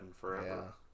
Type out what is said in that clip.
forever